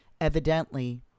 Evidently